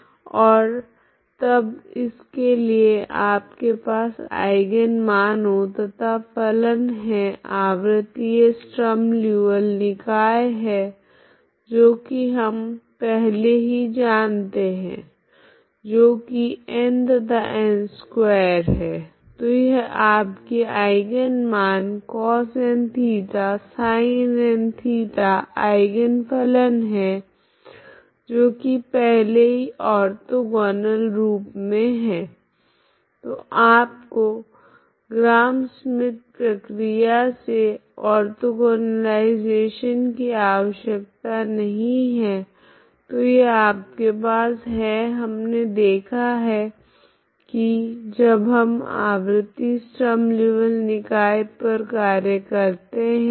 ओर तब इसके लिए आपके पास आइगन मानो तथा फलन है आवृतीय स्ट्रीम लीऔविल्ले निकाय है जो की हम पहले ही जानते है जो की n या n2 है तो यह आपके आइगन मान cosnθ sinnθ आइगन फलन है जो की पहले ही ओर्थोगोनल रूप मे है तो आपको ग्राम स्मिद्त प्रक्रिया से ओर्थोगोनलिजेशन की आवश्यकता नहीं है तो यह आपके पास है हमने देखा है की जब हम आवृति स्ट्रीम लीऔविल्ले निकाय पर कार्य करते है